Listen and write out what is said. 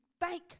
thank